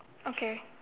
okay